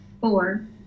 Four